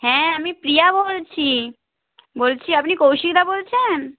হ্যাঁ আমি প্রিয়া বলছি বলছি আপনি কৌশিকদা বলছেন